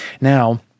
Now